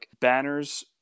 banners